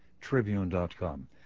tribune.com